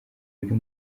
uri